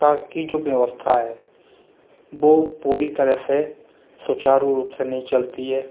का की जो व्यवस्था है वो पूरी तरह से सुचारू रूप से नहीं चलती है